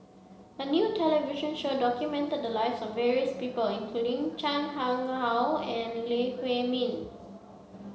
a new television show documented the lives of various people including Chan Chang How and Lee Huei Min